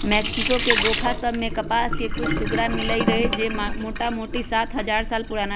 Mexico के गोफा सभ में कपास के कुछ टुकरा मिललइ र जे मोटामोटी सात हजार साल पुरान रहै